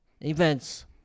events